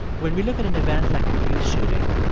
when we look at an event like a police shooting,